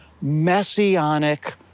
messianic